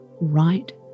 right